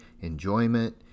enjoyment